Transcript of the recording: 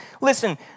Listen